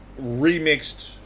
remixed